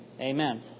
Amen